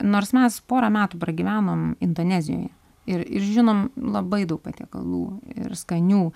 nors mes porą metų pragyvenom indonezijoje ir ir žinom labai daug patiekalų ir skanių